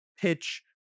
pitch